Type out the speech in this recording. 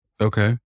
Okay